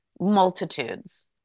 multitudes